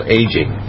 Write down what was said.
aging